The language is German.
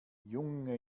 junge